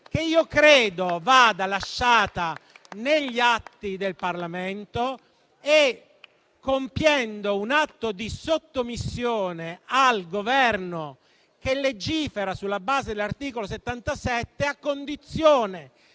che credo vada lasciata negli atti del Parlamento, e compiendo un atto di sottomissione al Governo, che legifera sulla base dell'articolo 77 della Costituzione,